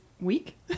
week